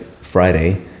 Friday